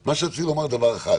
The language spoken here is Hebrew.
מכך שבתוך משבר כלכלי כל כך קשה,